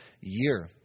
year